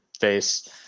face